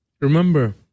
Remember